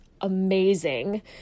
amazing